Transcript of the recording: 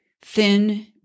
thin